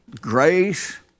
grace